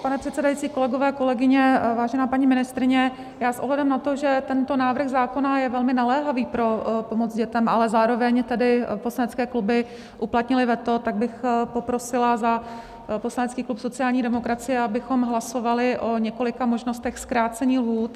Pane předsedající, kolegové a kolegyně, vážená paní ministryně, já s ohledem na to, že tento návrh zákona je velmi naléhavý pro pomoc dětem, ale zároveň tedy poslanecké kluby uplatnily veto, tak bych poprosila za poslanecký klub sociální demokracie, abychom hlasovali o několika možnostech zkrácení lhůt.